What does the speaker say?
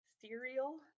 cereal